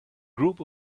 group